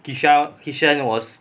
kishan kishan was